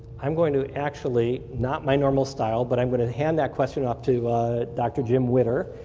i'm going to actually not my normal style but i'm going to hand that question up to dr. jim witter,